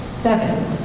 seven